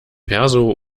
perso